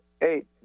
eight